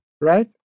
Right